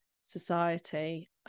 society